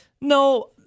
No